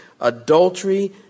Adultery